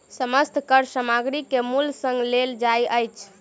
समस्त कर सामग्री के मूल्य संग लेल जाइत अछि